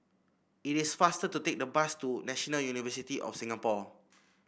it is faster to take the bus to National University of Singapore